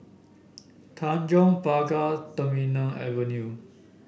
Tanjong Pagar Terminal Avenue